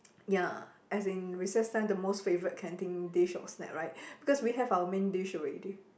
ya as in recess time the most favourite canteen dish or snack right because we have our main dish already